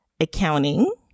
accounting